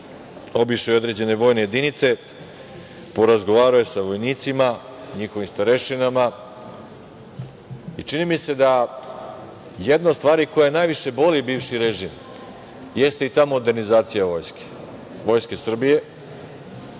obišao je i određene vojne jedinice, porazgovarao je sa vojnicima, njihovim starešinama i čini mi se da jedna od stvari koja najviše boli bivši režim jeste i ta modernizacija Vojske Srbije.